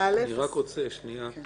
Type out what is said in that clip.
ועד ה-1 במרס של כל שנה, דין